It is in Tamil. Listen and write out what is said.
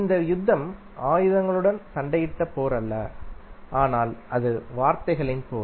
இந்த யுத்தம் ஆயுதங்களுடன் சண்டையிட்ட போர் அல்ல ஆனால் அது வார்த்தைகளின் போர்